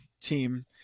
team